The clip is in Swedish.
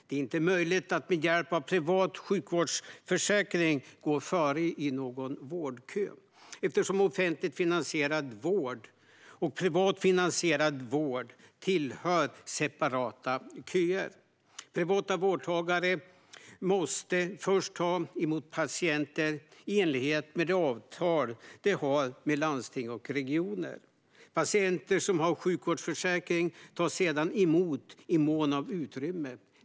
Det är inte möjligt att med hjälp av en privat sjukvårdsförsäkring gå före i någon vårdkö eftersom offentligt finansierad vård och privat finansierad vård har separata köer. Privata vårdgivare måste först ta emot patienter i enlighet med de avtal de har med landsting och regioner. Patienter som har sjukvårdsförsäkring tas sedan emot i mån av utrymme.